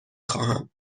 خواهم